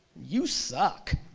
you suck.